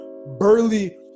Burly